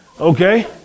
Okay